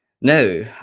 No